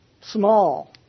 small